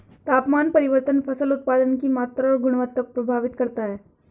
तापमान परिवर्तन फसल उत्पादन की मात्रा और गुणवत्ता को प्रभावित करता है